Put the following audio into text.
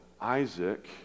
Isaac